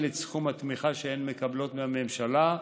את סכום התמיכה שהן מקבלות מהממשלה,